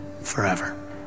forever